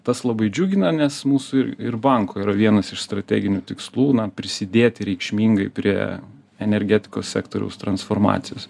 tas labai džiugina nes mūsų ir ir banko yra vienas iš strateginių tikslų prisidėti reikšmingai prie energetikos sektoriaus transformacijos